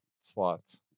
slots